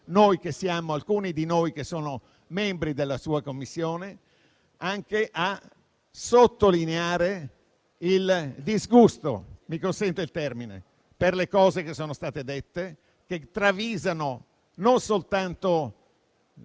parte di alcuni di noi che sono membri della sua Commissione, a sottolineare il disgusto - mi consenta il termine - per le cose che sono state dette, sono parole che travisano non soltanto